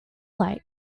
like